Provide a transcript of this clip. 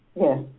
Yes